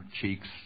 cheeks